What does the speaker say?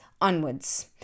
onwards